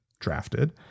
drafted